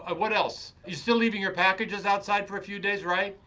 ah what else? you still leaving your packages outside for a few days, right?